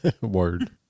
Word